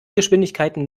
geschwindigkeiten